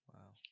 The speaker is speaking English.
Wow